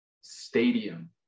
stadium